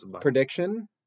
Prediction